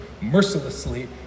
mercilessly